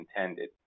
intended